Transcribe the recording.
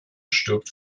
stirbt